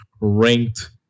ranked